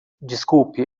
desculpe